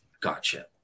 gotcha